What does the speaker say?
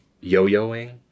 yo-yoing